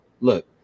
look